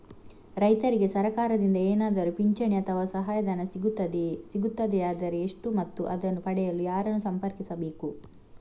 ರೈತರಿಗೆ ಸರಕಾರದಿಂದ ಏನಾದರೂ ಪಿಂಚಣಿ ಅಥವಾ ಸಹಾಯಧನ ಸಿಗುತ್ತದೆಯೇ, ಸಿಗುತ್ತದೆಯಾದರೆ ಎಷ್ಟು ಮತ್ತು ಅದನ್ನು ಪಡೆಯಲು ಯಾರನ್ನು ಸಂಪರ್ಕಿಸಬೇಕು?